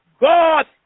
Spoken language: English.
god